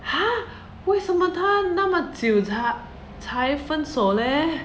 !huh! 为什么她那么久才才分手 leh